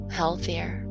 healthier